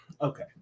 Okay